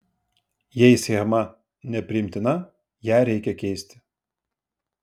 jei schema nepriimtina ją reikia keisti